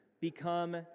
become